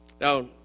Now